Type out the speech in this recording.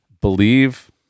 Believe